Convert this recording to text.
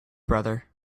brother